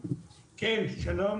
שלום.